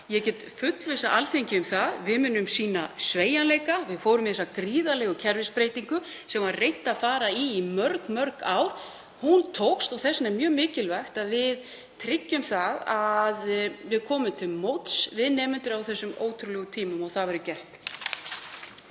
Ég get fullvissað Alþingi um að við munum sýna sveigjanleika. Við fórum í þessa gríðarlegu kerfisbreytingu sem hafði verið reynt að fara í í mörg, mörg ár. Hún tókst og þess vegna er mjög mikilvægt að við tryggjum það að við komum til móts við nemendur á þessum ótrúlegu tímum og það verður gert.